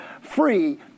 free